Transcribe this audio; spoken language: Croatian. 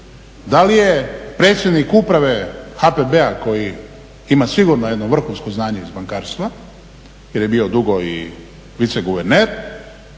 Da li je predsjednik Uprave HPB-a koji ima sigurno jedno vrhunsko znanje iz bankarstva jer je bio dugo i viceguverner